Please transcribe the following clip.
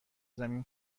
زمین